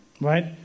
right